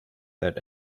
that